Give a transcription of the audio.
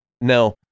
Now